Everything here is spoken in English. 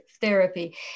therapy